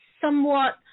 somewhat